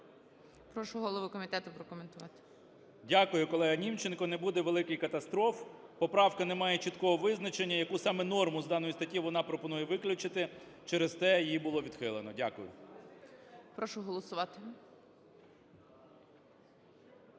Прошу голову комітету прокоментувати. 11:28:35 КНЯЖИЦЬКИЙ М.Л. Дякую, колего Німченко. Не буде великих катастроф, поправка не має чіткого визначення, яку саме норму з даної статті вона пропонує виключити. Через те її було відхилено. Дякую. ГОЛОВУЮЧИЙ. Прошу голосувати.